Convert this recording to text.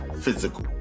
physical